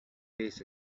days